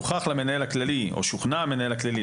"הוכח למנהל הכללי" או שוכנע המנהל הכללי.